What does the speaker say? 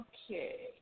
Okay